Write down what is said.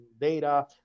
data